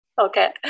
Okay